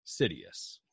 Sidious